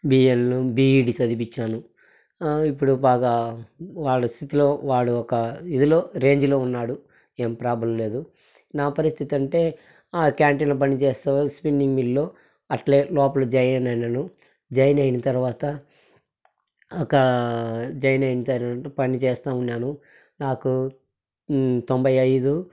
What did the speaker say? బిఏలో B Ed సదివిపించాను ఇప్పుడు బాగా వాడి స్థితిలో వాడు ఒక్క ఇదిలో రేంజిలో ఉన్నాడు ఏం ప్రాబ్లం లేదు నా పరిస్థితి అంటే క్యాంటీన్లో పని చేస్తాను స్పిన్నింగ్ మిల్లులో అట్లే లోపల జాయిన్ అయినను జాయిన్ అయిన తర్వాత ఒక జాయిన్ అయిన తర్వాత పని చేస్తా ఉన్నాను నాకు తొంభై ఐదు